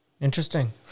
interesting